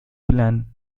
plan